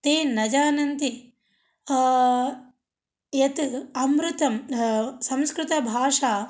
ते न जानन्ति यत् अमृता संस्कृतभाषा